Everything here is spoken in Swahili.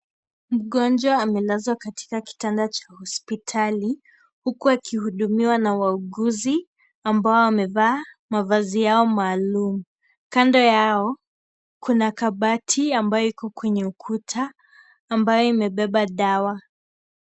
Mgonjwa amelazwa katika kitanda cha hospitali huku akihudumiwa na wauguzi ambao wamevaa mavazi yao maalum. Kando yao kuna kabati ambayo iko kwenye ukuta ambayo imebeba dawa.